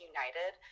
United